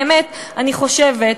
באמת אני חושבת,